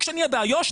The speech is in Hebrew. כשנהייה באיו"ש,